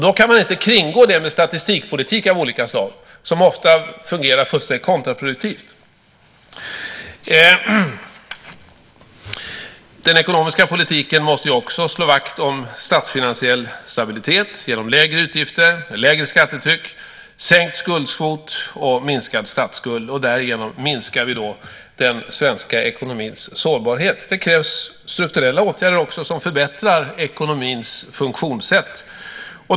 Då kan man inte kringgå det med statistikpolitik av olika slag som ofta fungerar fullständigt kontraproduktivt. Den ekonomiska politiken måste ju också slå vakt om statsfinansiell stabilitet genom lägre utgifter, lägre skattetryck, sänkt skuldkvot och minskad statsskuld. Därigenom minskar vi den svenska ekonomins sårbarhet. Det krävs också strukturella åtgärder som förbättrar ekonomins funktionssätt.